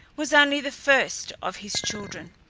was only the first of his children.